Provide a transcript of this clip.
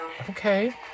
Okay